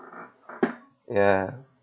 ya